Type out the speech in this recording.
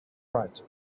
right